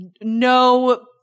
no